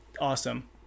awesome